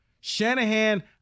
Shanahan